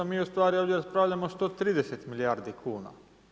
Mi u stvari ovdje raspravljamo o 130 milijardi kuna.